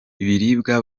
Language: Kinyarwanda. ibiribwa